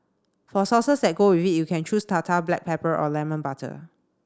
for sauces that go with it you can choose tartar black pepper or lemon butter